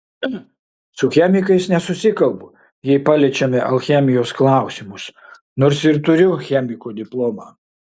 su chemikais nesusikalbu jei paliečiame alchemijos klausimus nors ir turiu chemiko diplomą